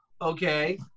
Okay